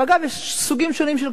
יש סוגים שונים של קרקעות,